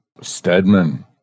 Stedman